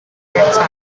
projectile